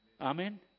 Amen